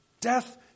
Death